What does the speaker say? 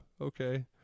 okay